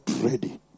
ready